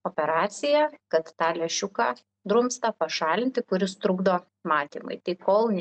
operaciją kad tą lęšiuką drumstą pašalinti kuris trukdo matymui tai kol